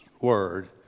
word